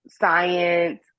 science